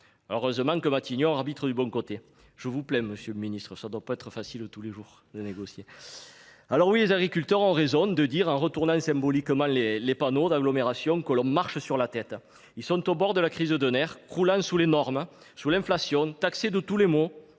Heureusement que Matignon arbitre du bon côté ! Je vous plains, monsieur le ministre, ce ne doit pas être facile tous les jours de négocier… Oui, les agriculteurs ont raison de dire, en retournant symboliquement les panneaux d’agglomération, qu’on marche sur la tête. Ils sont au bord de la crise de nerfs, croulant sous les normes et l’inflation. Ils sont en plus